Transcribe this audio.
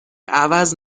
عوض